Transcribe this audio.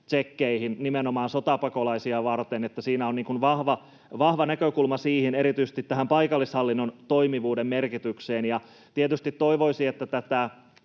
nimenomaan sotapakolaisia varten. Siinä on vahva näkökulma erityisesti tähän paikallishallinnon toimivuuden merkitykseen. Tietysti toivoisin, että